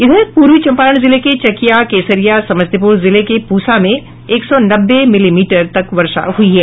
इधर पूर्वी चंपारण जिले के चकिया केसरिया और समस्तीपुर जिले के पूसा में एक सौ नब्बे मिलीमीटर तक वर्षा हुई है